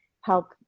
help